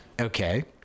Okay